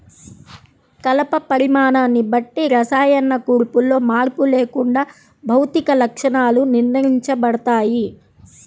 కలప పరిమాణాన్ని బట్టి రసాయన కూర్పులో మార్పు లేకుండా భౌతిక లక్షణాలు నిర్ణయించబడతాయి